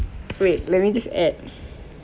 wait let me just add